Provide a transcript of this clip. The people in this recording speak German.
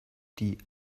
die